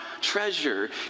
treasure